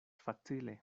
facile